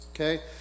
Okay